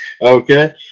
okay